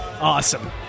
Awesome